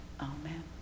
Amen